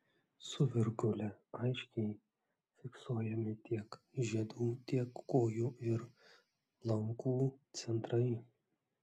su virgule aiškiai fiksuojami tiek žiedų tiek kojų ir lankų centrai